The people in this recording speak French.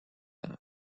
ans